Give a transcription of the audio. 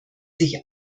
sich